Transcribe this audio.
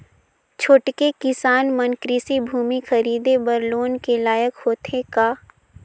छोटके किसान मन कृषि भूमि खरीदे बर लोन के लायक होथे का?